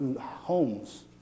homes